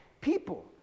people